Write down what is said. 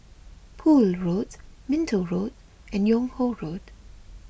Poole Road Minto Road and Yung Ho Road